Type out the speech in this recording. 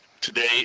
today